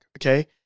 okay